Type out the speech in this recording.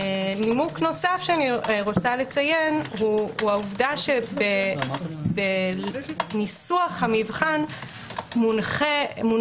נימוק נוסף שאני רוצה לציין הוא העובדה שבניסוח המבחן מונחות